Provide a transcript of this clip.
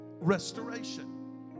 restoration